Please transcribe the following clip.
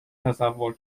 تصور